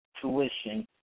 tuition